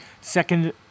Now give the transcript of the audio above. second